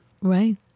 Right